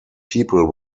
people